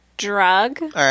Drug